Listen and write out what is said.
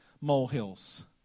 molehills